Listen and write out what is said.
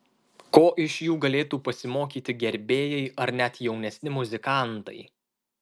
ko iš jų galėtų pasimokyti gerbėjai ar net jaunesni muzikantai